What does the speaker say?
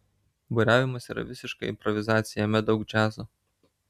buriavimas yra visiška improvizacija jame daug džiazo